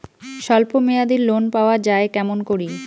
স্বল্প মেয়াদি লোন পাওয়া যায় কেমন করি?